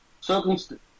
circumstance